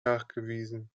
nachgewiesen